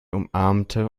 umarmte